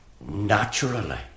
naturally